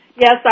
Yes